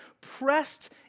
pressed